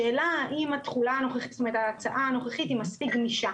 התש"ף-2020, מ/1344 - הכנה לקריאה שנייה ושלישית.